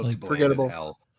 forgettable